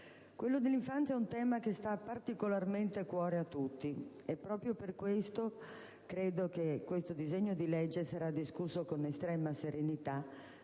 quello dell'infanzia è un tema che sta particolarmente a cuore a tutti. Proprio per questo, credo che il disegno di legge sarà discusso con estrema serenità,